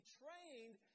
trained